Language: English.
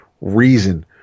reason